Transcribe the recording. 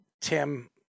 Tim